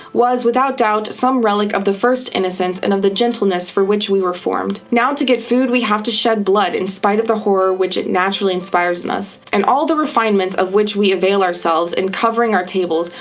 was, without doubt, some relic of the first innocence and of the gentleness for which we were formed. now to get food we have to shed blood in spite of the horror which it naturally inspires in us and all the refinements of which we avail ourselves, in covering our tables,